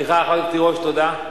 חברת הכנסת תירוש, תודה.